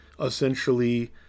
essentially